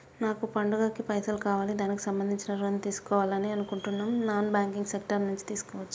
నాకు పండగ కి పైసలు కావాలి దానికి సంబంధించి ఋణం తీసుకోవాలని అనుకుంటున్నం నాన్ బ్యాంకింగ్ సెక్టార్ నుంచి తీసుకోవచ్చా?